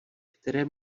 které